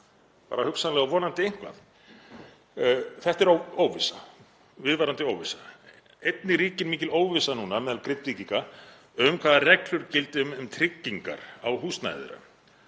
Bara hugsanlega og vonandi einhverju? Þetta er óvissa, viðvarandi óvissa. Einnig ríkir mikil óvissa meðal Grindvíkinga um hvaða reglur gildi um tryggingar á húsnæði